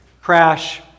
Crash